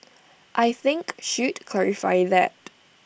I think should clarify that